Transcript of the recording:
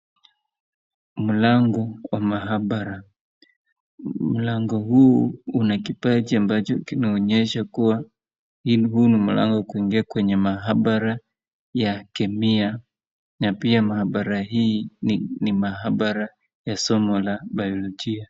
Mlango wa maabara. Mlango huu una kipaji ambacho kinaonyesha kuwa huu ni mlango wa kuingia kwenye maabara ya kemia na pia maabara hii ni maabara ya somo la biolojia.